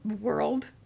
world